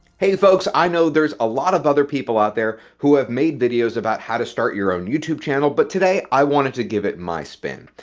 hey folks, i know there's a lot of other people out there who have made videos about how to start your own youtube channel, but today i wanted to give it my spin.